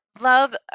love